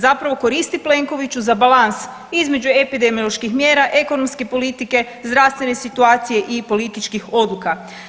Zapravo koristi Plenkoviću za balans između epidemioloških mjera, ekonomske politike, zdravstvene situacije i političkih odluka.